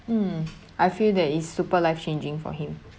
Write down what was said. um I feel that it's super life changing for him